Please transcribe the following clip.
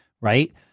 right